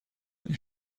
این